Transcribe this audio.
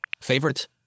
Favorite